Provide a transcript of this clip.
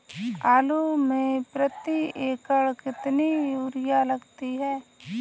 आलू में प्रति एकण कितनी यूरिया लगती है?